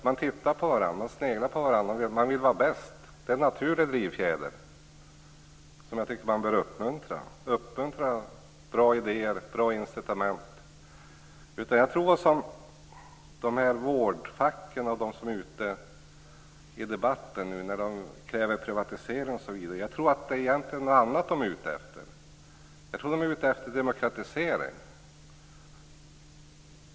Man tittar på varandra, man sneglar på varandra, man vill vara bäst. Det är en naturlig drivfjäder, som jag tycker att vi bör uppmuntra. Vi bör uppmuntra bra idéer. Jag tror att när vårdfacken och de som är ute i debatten nu kräver privatisering är det egentligen något annat de är ute efter. Jag tror att de är ute efter demokratisering.